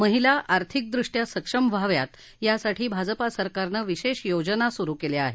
महिला आर्थिकदृष्टया सक्षम व्हाव्यात यासाठी भाजपा सरकारने विशेष योजना सुरु केल्या आहेत